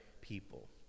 people